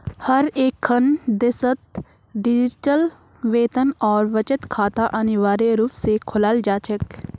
हर एकखन देशत डिजिटल वेतन और बचत खाता अनिवार्य रूप से खोलाल जा छेक